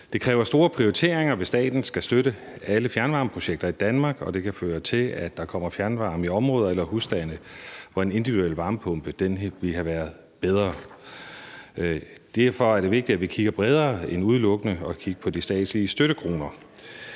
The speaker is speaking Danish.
Det kræver store prioriteringer, hvis staten skal støtte alle fjernvarmeprojekter i Danmark, og det kan føre til, at der kommer fjernvarme i områder eller husstande, hvor en individuel varmepumpe ville have været bedre. Derfor er det vigtigt, at vi kigger bredere på det end udelukkende at kigge på de statslige støttekroner.